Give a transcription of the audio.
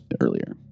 earlier